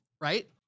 Right